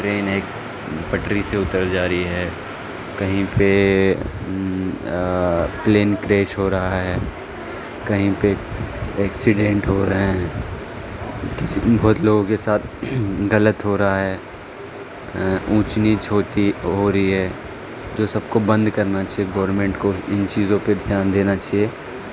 train ایکس پٹری سے اتر جا رہی ہے کہیں پہ پلین کریش ہو رہا ہے کہیں پہ ایکسیڈینٹ ہو رہے ہیں کسی بہت لوگوں کے ساتھ غلط ہو رہا ہے اونچ نیچ ہوتی ہو رہی ہے جو سب کو بند کرنا چاہیے گورمنٹ کو ان چیزوں پہ دھیان دینا چاہیے